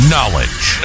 Knowledge